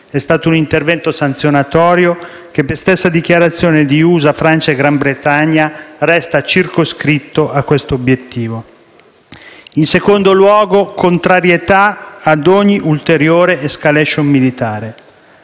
È stato un intervento sanzionatorio che, per stessa dichiarazione di USA, Francia e Gran Bretagna, resta circoscritto a questo obiettivo. In secondo luogo, la contrarietà a ogni ulteriore *escalation* militare.